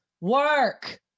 work